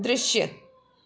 दृश्य